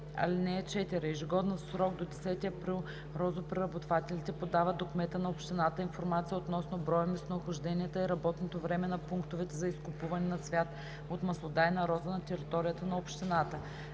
роза. (4) Ежегодно в срок до 10 април розопреработвателите подават до кмета на общината информация относно броя, местонахождението и работното време на пунктовете за изкупуване на цвят от маслодайна роза на територията на общината.